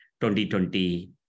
2020